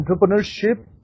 entrepreneurship